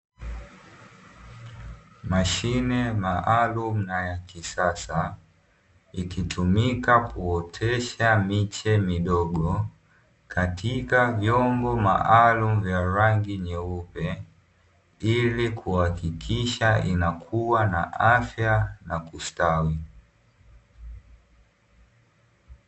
Mashine maalumu na ya kisasa, ikitumika kuotesha miche midogo katika vyombo maalumu vya rangi nyeupe ili kuhakikisha inakuwa na afya na kustawi.